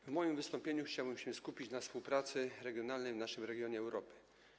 W moim wystąpieniu chciałbym się skupić na współpracy regionalnej w naszym regionie Europy.